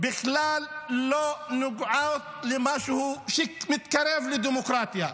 בכלל לא נוגעות למשהו שמתקרב לדמוקרטיה.